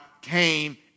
came